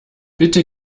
bitte